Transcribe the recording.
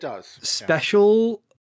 special